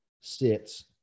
sits